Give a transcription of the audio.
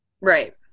Right